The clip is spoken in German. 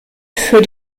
für